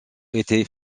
été